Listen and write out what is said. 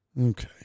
okay